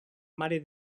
mare